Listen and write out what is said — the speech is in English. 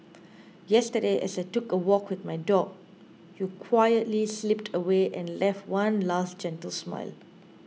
yesterday as I took a walk with my dog you quietly slipped away and left one last gentle smile